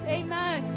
amen